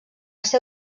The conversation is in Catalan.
ser